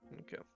Okay